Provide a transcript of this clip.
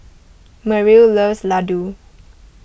Merrill loves Ladoo